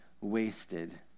wasted